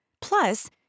Plus